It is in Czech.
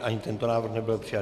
Ani tento návrh nebyl přijat.